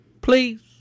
please